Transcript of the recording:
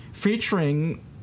featuring